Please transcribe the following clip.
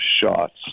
shots